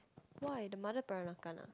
why the mother Peranakan ah